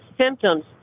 symptoms